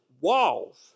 Walls